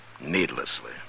needlessly